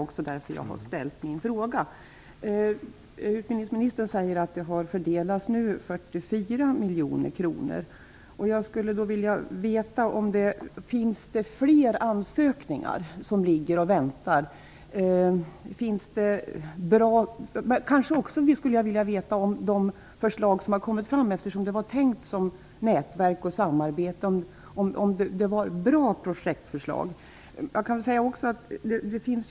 Det är därför jag har ställt min fråga. Utbildningsministern säger att det nu har fördelats 44 miljoner kronor. Jag skulle vilja veta: Finns det fler ansökningar som ligger och väntar? Jag skulle också vilja veta om de förslag som har kommit in -- eftersom det var tänkt att utbildningarna skulle drivas som nätverk och i samarbete -- var bra projektförslag.